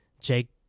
Jake